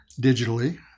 digitally